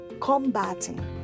combating